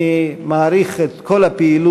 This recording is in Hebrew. אני מעריך את כל הפעילות